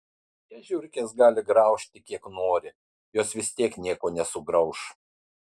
čia žiurkės gali graužti kiek nori jos vis tiek nieko nesugrauš